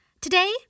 Today